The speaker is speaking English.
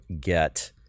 get